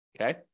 okay